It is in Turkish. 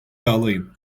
yağlayın